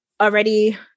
already